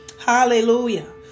Hallelujah